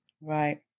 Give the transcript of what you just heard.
Right